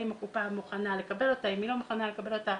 האם הקופה מוכנה לקבל אותה או לא מוכנה לקבל אותה.